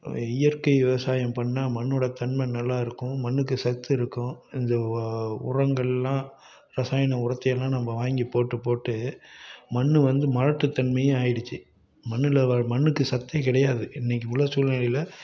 இயற்கை விவசாயம் பண்ணால் மண்ணோட தன்மை நல்லா இருக்கும் மண்ணுக்கு சத்து இருக்கும் இந்த உரங்கள்லாம் ரசாயன உரத்தையெல்லாம் நம்ம வாங்கி போட்டு போட்டு மண் வந்து மலட்டுத்தன்மையாக ஆகிடுச்சி மண்ணில் வளர்ற மண்ணுக்கு சத்தே கிடையாது இன்னைக்கு உள்ள சூழ்நிலையில்